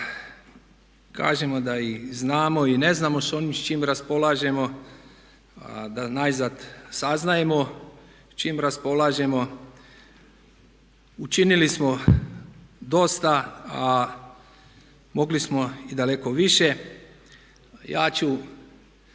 pa kažemo da i znamo i ne znamo s onim s čim raspolažemo a da najzad saznajemo s čim raspolažemo. Učinili smo dosta a mogli smo i daleko više. Ja ću